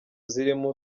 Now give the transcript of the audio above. zirimo